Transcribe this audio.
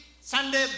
Sunday